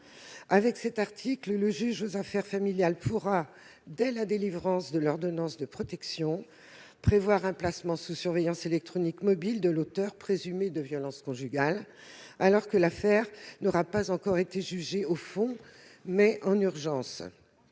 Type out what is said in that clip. Avec cet article, le juge aux affaires familiales pourra, dès la délivrance de l'ordonnance de protection, prévoir un placement sous surveillance électronique mobile de l'auteur présumé de violences conjugales, alors que l'affaire n'aura pas encore été jugée au fond, mais seulement